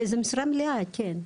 משרה מלאה, כן.